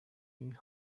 巡洋舰